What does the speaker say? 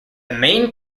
main